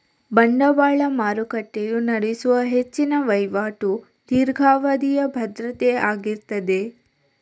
ಬಂಡವಾಳ ಮಾರುಕಟ್ಟೆಯು ನಡೆಸುವ ಹೆಚ್ಚಿನ ವೈವಾಟು ದೀರ್ಘಾವಧಿಯ ಭದ್ರತೆ ಆಗಿರ್ತದೆ